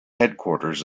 headquarters